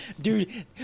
Dude